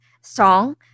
song